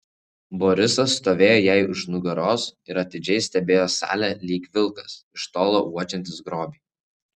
borisas stovėjo jai už nugaros ir atidžiai stebėjo salę lyg vilkas iš tolo uodžiantis grobį